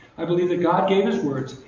i believe that god gave his words,